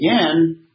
again